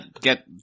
get